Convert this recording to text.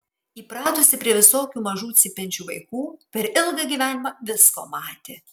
įpratusi prie visokių mažų cypiančių vaikų per ilgą gyvenimą visko matė